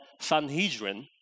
Sanhedrin